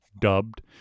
dubbed